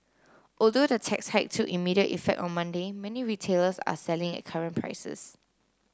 although the tax hike took immediate effect on Monday many retailers are selling at current prices